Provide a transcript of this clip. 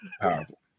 powerful